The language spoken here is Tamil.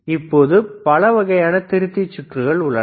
இப்போது பல வகையான திருத்தி சுற்றுகள் உள்ளன